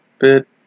bit